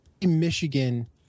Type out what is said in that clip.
Michigan